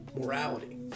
morality